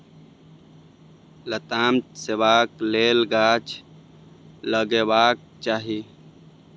लताम खेबाक लेल गाछ लगेबाक चाही